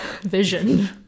vision